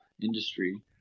industry